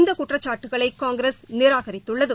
இந்த குற்றச்சாட்டுக்களை காங்கிரஸ் நிராகரித்துள்ளது